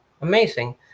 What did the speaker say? amazing